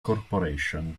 corporation